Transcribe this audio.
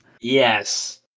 Yes